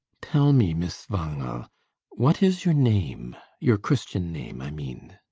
tell me, miss wangel what is your name? your christian name, i mean.